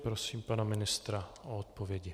Prosím pana ministra o odpovědi.